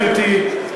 גברתי,